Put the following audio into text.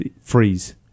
freeze